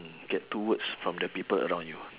get two words from the people around you